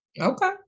Okay